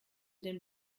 den